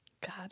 God